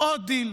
עוד דיל,